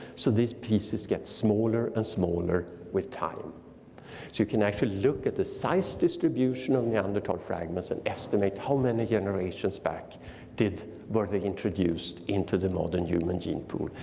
so these pieces get smaller and smaller with time. so you can actually look at the size distribution of neanderthal fragments and estimate how many generations back were but they introduced into the modern human gene pool.